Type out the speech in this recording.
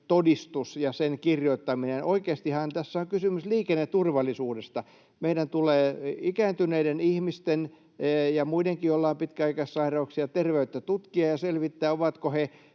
”todistus ja sen kirjoittaminen”. Oikeastihan tässä on kysymys liikenneturvallisuudesta. Meidän tulee tutkia ikääntyneiden ihmisten ja muidenkin, joilla on pitkäaikaissairauksia, terveyttä ja selvittää, ovatko he